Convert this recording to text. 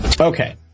Okay